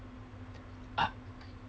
uh